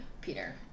Peter